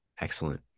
Excellent